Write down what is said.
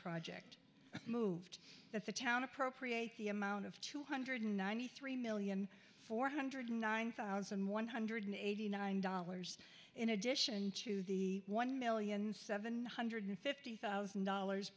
project moved that the town appropriate the amount of two hundred ninety three million four hundred nine thousand one hundred eighty nine dollars in addition to the one million seven hundred fifty thousand dollars